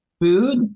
food